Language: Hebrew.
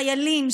חיילים,